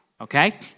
okay